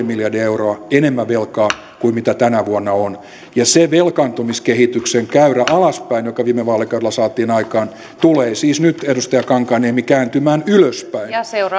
miljardia euroa enemmän velkaa kuin mitä tänä vuonna on se velkaantumiskehityksen käyrä alaspäin mikä viime vaalikaudella saatiin aikaan tulee siis nyt edustaja kankaanniemi kääntymään ylöspäin